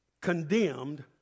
condemned